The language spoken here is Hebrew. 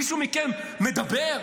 מישהו מכם מדבר?